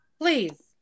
please